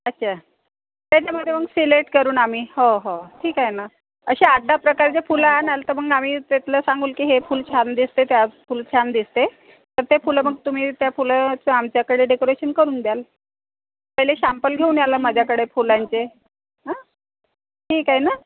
अच्छा त्याच्यामध्ये मग सिलेक्ट करून आम्ही हो हो ठीक आहे ना असे आठ दहा प्रकारचे फुलं आणाल तर मग आम्ही तेथलं सांगू की हे फूल छान दिसतंय त्या फूल छान दिसतंय तर ते फुलं मग तुम्ही त्या फुलांचं आमच्याकडे डेकोरेशन करून द्याल पहिले शँपल घेऊन याल ना माझ्याकडे फुलांचे हा ठीक आहे ना